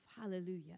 Hallelujah